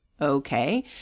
Okay